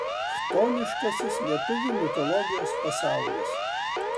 chtoniškasis lietuvių mitologijos pasaulis